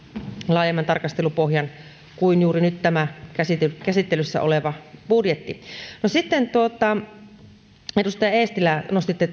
laajemman tarkastelupohjan kuin juuri nyt tämä käsittelyssä käsittelyssä oleva budjetti edustaja eestilä nostitte